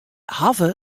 hawwe